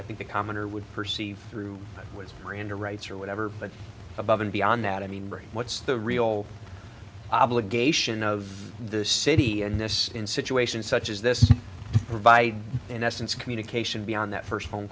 i think a commoner would perceive through with grander rights or whatever but above and beyond that i mean what's the real obligation of the city and this in situations such as this provide in essence communication beyond that first phone